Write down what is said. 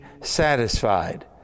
satisfied